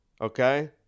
Okay